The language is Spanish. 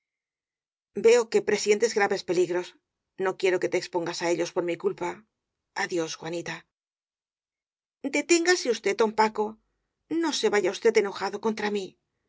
veo que presientes graves peligros no quiero que te expongas á ellos por mi culpa adiós juanita deténgase usted don paco no se vaya usted enojado contra mí